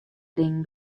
dingen